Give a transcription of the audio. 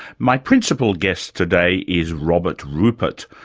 my principal guest today is robert rupert,